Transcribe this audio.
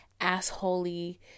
assholey